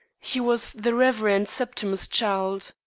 he was the reverend septimus childe.